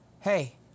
Hey